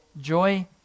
joy